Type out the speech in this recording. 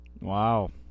Wow